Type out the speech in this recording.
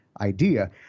idea